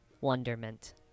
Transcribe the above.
wonderment